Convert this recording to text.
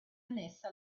annessa